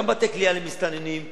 גם בתי-כליאה למסתננים.